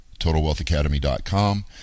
TotalWealthAcademy.com